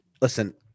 Listen –